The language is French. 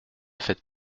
faites